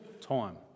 time